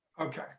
Okay